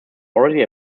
already